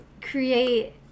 create